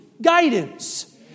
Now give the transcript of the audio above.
guidance